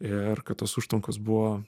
ir kad tos užtvankos buvo